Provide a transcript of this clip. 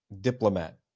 diplomat